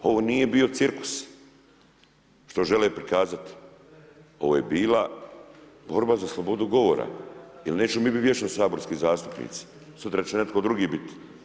Ovo nije bio cirkus što žele prikazati, ovo je bila borba za slobodu govora jel nećemo mi biti vječno saborski zastupnici, sutra će neko drugi bit.